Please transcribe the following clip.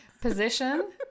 position